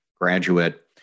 graduate